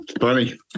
Funny